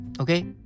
Okay